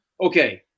Okay